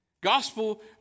Gospel